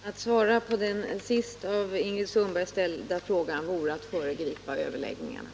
Herr talman! Att svara på den senast av Ingrid Sundberg ställda frågan vore att föregripa överläggningarna.